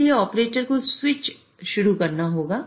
इसलिए ऑपरेटर को स्विच शुरू करना होगा